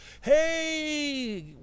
hey –